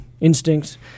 instincts